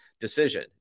decision